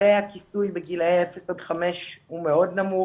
והכיסוי בגילאי אפס עד חמש הוא נמוך מאוד,